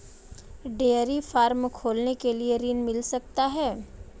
Dairy farm खोलने के लिए ऋण मिल सकता है?